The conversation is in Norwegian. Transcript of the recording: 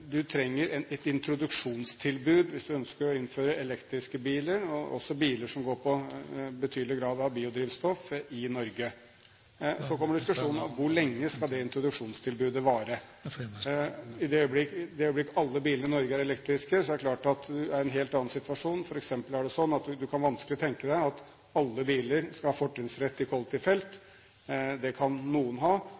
trenger et introduksjonstilbud hvis man ønsker å innføre elektriske biler og også biler som går på betydelig grad av biodrivstoff i Norge. Så kommer diskusjonen om hvor lenge det introduksjonstilbudet skal vare. I det øyeblikk alle bilene i Norge er elektriske, er det klart at det er en helt annen situasjon. For eksempel er det sånn at man kan vanskelig tenke seg at alle biler skal ha fortrinnsrett i kollektivfelt.